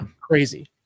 Crazy